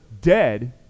dead